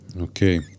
okay